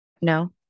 No